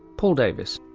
paul davies.